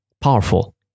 powerful